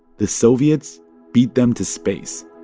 the soviets beat them to space